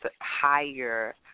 higher